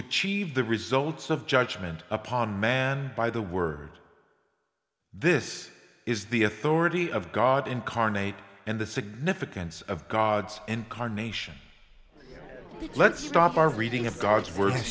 achieve the results of judgement upon man by the word this is the authority of god incarnate and the significance of god's incarnation let's stop our reading of god's wor